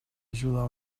ajudar